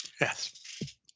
yes